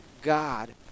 God